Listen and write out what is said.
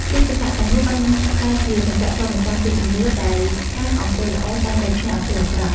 រូបចម្លាក់ទាំងនោះបានក្លាយជាកញ្ចក់ឆ្លុះបញ្ចាំងពីជំនឿ ដែលថាអំពើល្អតែងតែឈ្នះអំពើអាក្រក់។